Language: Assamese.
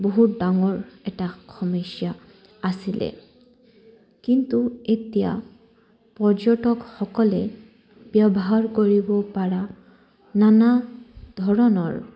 বহুত ডাঙৰ এটা সমস্যা আছিলে কিন্তু এতিয়া পৰ্যটকসকলে ব্যৱহাৰ কৰিব পাৰা নানা ধৰণৰ